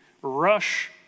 rush